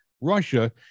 Russia